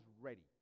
ready